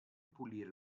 pulire